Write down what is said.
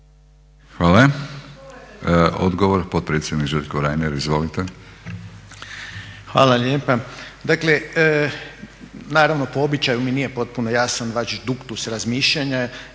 Hvala. Odgovor potpredsjednik Željko Reiner, izvolite. **Reiner, Željko (HDZ)** Hvala lijepa. Dakle naravno po običaju mi nije potpuno jasan vaš duktus razmišljanja